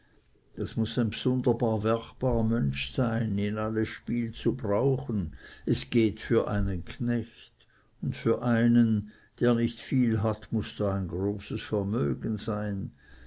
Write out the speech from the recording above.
das muß ein bsunderbar werchbar mönsch sein in alle spiel zu brauchen es geht für einen knecht und für einen der nicht viel hat muß da ein großes vermögen sein